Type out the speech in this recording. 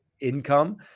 income